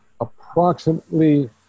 approximately